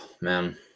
man